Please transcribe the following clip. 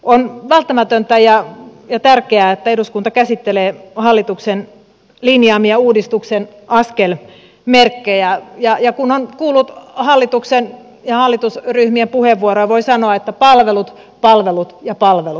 on välttämätöntä ja tärkeää että eduskunta käsittelee hallituksen linjaamia uudistuksen askelmerkkejä ja kun on kuullut hallituksen ja hallitusryhmien puheenvuoroja voi sanoa että palvelut palvelut ja palvelut